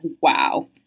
wow